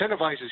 incentivizes